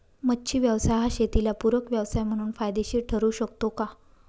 मच्छी व्यवसाय हा शेताला पूरक व्यवसाय म्हणून फायदेशीर ठरु शकतो का?